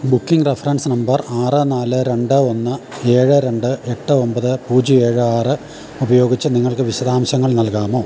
booking reference number ആറ് നാല് രണ്ട് ഒന്ന് ഏഴ് രണ്ട് എട്ട് ഒമ്പത് പൂജ്യം ഏഴ് ആറ് ഉപയോഗിച്ച് നിങ്ങൾക്ക് വിശദാംശങ്ങൾ നൽകാമോ